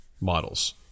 Models